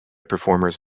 performers